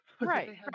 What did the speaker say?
right